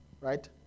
Right